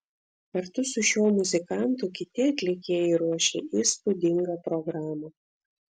kartu su šiuo muzikantu kiti atlikėjai ruošia įspūdingą programą